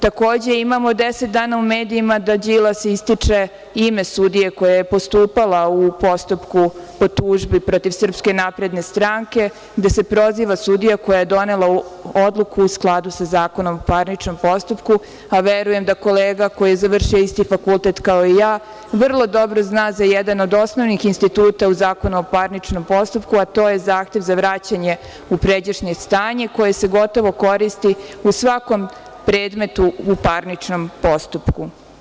Takođe, imamo deset dana u medijima da Đilas ističe ime sudije koja je postupala u postupku po tužbi protiv SNS, gde se proziva sudija koja je donela odluku u skladu sa Zakonom o parničnom postupku, a verujem da kolega koji je završio isti fakultet kao i ja, vrlo dobro zna za jedan od osnovnih instituta u Zakonu o parničnom postupku, a to je zahtev za vraćanje u pređašnje stanje koje se gotovo koristi u svakom predmetu u parničnom postupku.